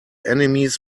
enemies